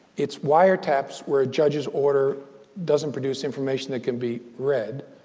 it's wiretaps where a judge's order doesn't produce information that can be read.